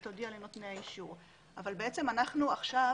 היא תודיע לנותני האישור אבל בעצם אנחנו עכשיו